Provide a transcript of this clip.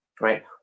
right